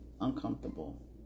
uncomfortable